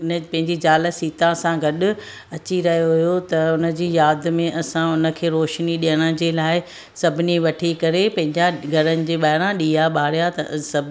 उन पंहिंजी ज़ाल सीता सां गॾु अची रहियो हुयो त हुन जी यादि में असां उनखे रोशनी ॾियण जे लाइ सभिनी वठी करे पंहिंजा घरनि जे ॿाहिरां ॾीआ ॿारिया त सभु